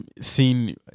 seen